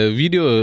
video